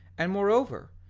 and moreover,